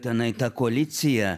tenai ta koalicija